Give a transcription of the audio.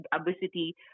obesity